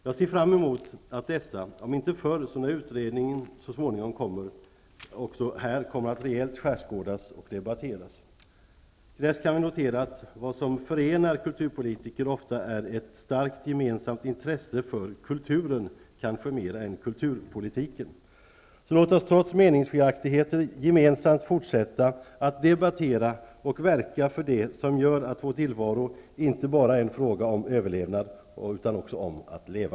Jag ser fram emot att dessa, om inte förr så åtminstone när utredningen så småningom läggs fram, kommer att debatteras och skärskådas rejält här. Till dess kan vi notera att det som förenar kulturpolitiker ofta är ett starkt gemensamt intresse för kulturen, kanske mer än kulturpolitiken. Låt oss därför, trots meningsskiljaktigheter, gemensamt fortsätta att debattera och verka för det som gör att vår tillvaro inte bara är en fråga om överlevnad utan också om att leva.